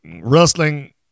wrestling